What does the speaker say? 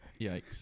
yikes